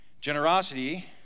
Generosity